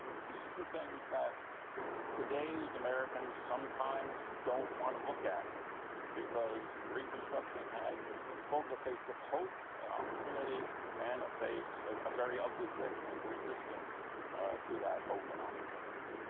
these are things that today's americans sometimes don't want to look at because reconstruction had both a face of hope and opportunity and a face of a very ugly face of resistance to that hope and opportunity.